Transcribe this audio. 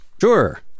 sure